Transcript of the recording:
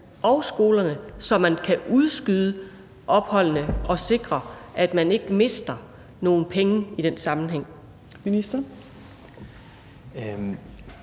og skolerne, som man kan udskyde opholdene og sikre, at man ikke mister nogle penge i den sammenhæng?